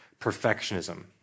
perfectionism